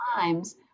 times